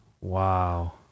Wow